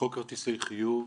חוק כרטיסי חיוב,